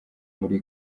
muri